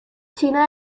china